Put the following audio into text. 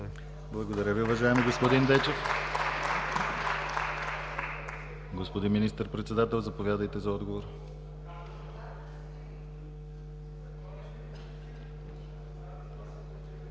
Благодаря Ви, уважаеми господин Дечев. Господин Министър-председател, заповядайте за отговор.